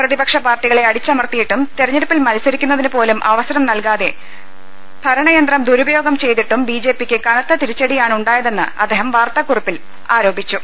പ്രതിപക്ഷ പാർട്ടികളെ അട്ടിച്ചമർത്തിയിട്ടും തെരഞ്ഞെടുപ്പിൽ മത്സരിക്കുന്നതിന് പ്പോലും അവസരം നൽകാതെ ഭരണയന്ത്രം ദുരു പയോഗം ചെയ്തിട്ടും ബിജെപിക്ക് കനത്ത തിരിച്ചടിയാണുണ്ടായ തെന്ന് അദ്ദേഹം വാർത്താകുറിപ്പിൽ അറിയിച്ചു